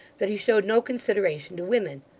that he showed no consideration to women.